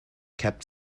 kept